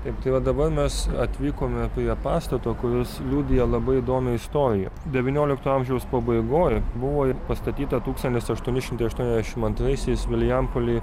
taip ta va dabar mes atvykome prie pastato kuris liudija labai įdomią istoriją devyniolikto amžiaus pabaigoj buvo pastatyta tūkstantis aštuoni šimtai aštuoniasdešim antraisiais vilijampolėj